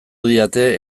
didate